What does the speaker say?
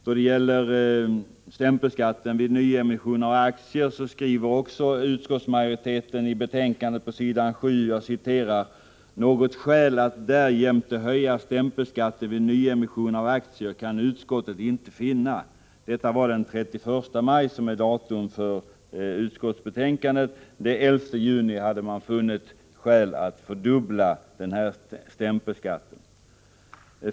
Då det gäller stämpelskatten vid nyemission av aktier skriver utskottsmajoriteten på s. 7 i skatteutskottets betänkande nr 68: ”Något skäl att därjämte höja stämpelskatten vid nyemission av aktier kan utskottet inte finna.” Betänkandet är daterat den 31 maj. Den 11 juni hade man funnit skäl att fördubbla stämpelskatten.